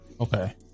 okay